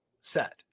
set